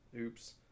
Oops